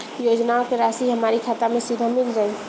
योजनाओं का राशि हमारी खाता मे सीधा मिल जाई?